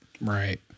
Right